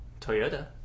Toyota